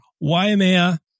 Waimea